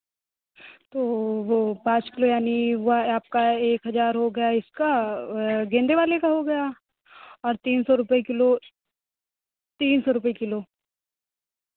तो वो पाँच किलो यानि हुआ आपका एक हज़ार हो गया इसका गेंदे वाले का हो गया और तीन सौ रुपये किलो तीन सौ रुपये किलो